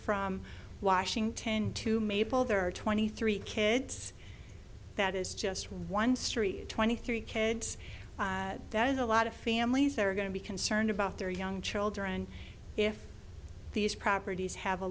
from washington to maple there are twenty three kids that is just one street twenty three kids that is a lot of families are going to be concerned about their young children if these properties have a